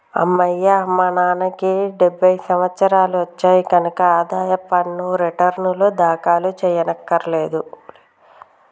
అమ్మయ్యా మా నాన్నకి డెబ్భై సంవత్సరాలు వచ్చాయి కనక ఆదాయ పన్ను రేటర్నులు దాఖలు చెయ్యక్కర్లేదులే